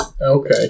Okay